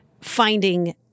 finding